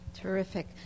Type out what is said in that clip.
Terrific